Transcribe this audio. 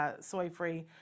soy-free